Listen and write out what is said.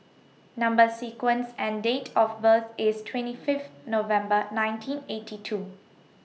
Number sequence and Date of birth IS twenty Fifth November nineteen eighty two